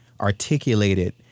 articulated